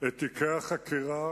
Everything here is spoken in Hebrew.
את תיקי החקירה